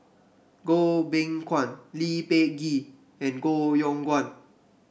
Goh Beng Kwan Lee Peh Gee and Koh Yong Guan